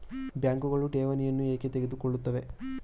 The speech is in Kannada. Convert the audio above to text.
ಬ್ಯಾಂಕುಗಳು ಠೇವಣಿಗಳನ್ನು ಏಕೆ ತೆಗೆದುಕೊಳ್ಳುತ್ತವೆ?